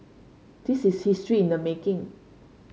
this is history in the making